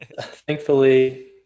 Thankfully